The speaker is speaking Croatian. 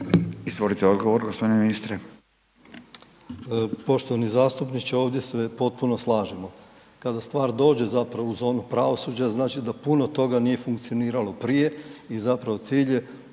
**Bošnjaković, Dražen (HDZ)** Poštovani zastupniče, ovdje se potpuno slažemo. Kada stvar dođe zapravo u zonu pravosuđa znači da puno toga nije funkcioniralo prije i zapravo cilj